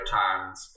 times